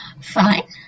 Fine